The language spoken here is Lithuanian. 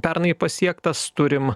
pernai pasiektas turim